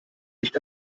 nicht